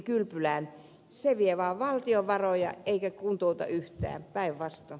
se vie vaan valtion varoja eikä kuntouta yhtään päinvastoin